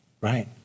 right